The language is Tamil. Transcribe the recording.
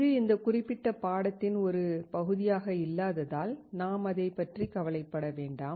இது இந்த குறிப்பிட்ட பாடத்தின் ஒரு பகுதியாக இல்லாததால் நாம் அதைப் பற்றி கவலைப்பட வேண்டாம்